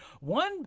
one